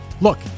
Look